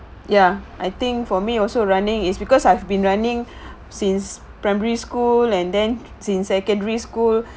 ya I think for me also running is because I've been running since primary school and then since secondary school